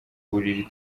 buriri